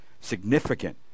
significant